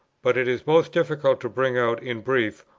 but it is most difficult to bring out in brief,